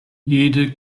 jede